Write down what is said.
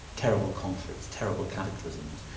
terrible conflicts, terrible cataclysms.